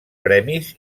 premis